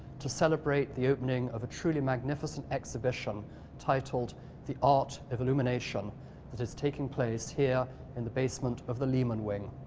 to celebrate the opening of a truly magnificent exhibition titled the art of illumination that is taking place here in the basement of the lehman wing.